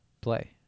play